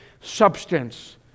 substance